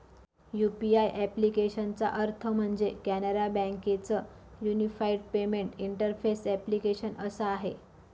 UPI ॲप्लिकेशनचा अर्थ म्हणजे, कॅनरा बँके च युनिफाईड पेमेंट इंटरफेस ॲप्लीकेशन असा आहे